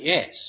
Yes